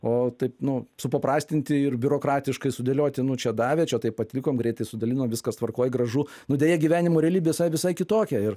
o taip nu supaprastinti ir biurokratiškai sudėlioti nu čia davė čia taip atlikom greitai sudalino viskas tvarkoj gražu nu deja gyvenimo realybė visai visai kitokia ir